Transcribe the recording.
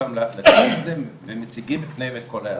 הענפים ומציגים להם את הדברים.